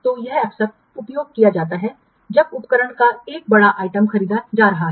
तो यह अक्सर उपयोग किया जाता है जब उपकरण का एक बड़ा आइटम खरीदा जा रहा है